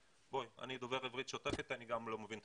אני דובר עברית שוטפת ואני גם לא מבין את